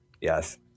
Yes